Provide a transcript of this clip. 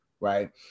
Right